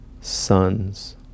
sons